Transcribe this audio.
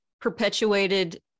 perpetuated